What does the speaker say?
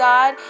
God